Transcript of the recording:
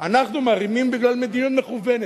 אנחנו מרימים, בגלל מדיניות מכוונת,